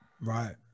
Right